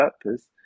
purpose